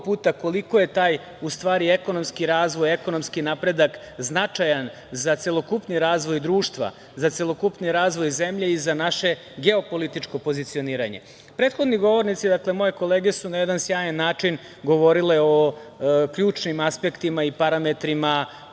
puta koliko je taj u stvari ekonomski razvoj, ekonomski napredak značajan za celokupni razvoj društva, za celokupni razvoj zemlje i za naše geopolitičke pozicioniranje. Prethodni govornici su na jedan sjajan način govorili o ključnim aspektima i parametrima